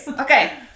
okay